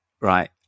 right